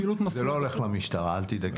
זה לא הולך למשטרה, אל תדאגי.